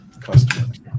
customers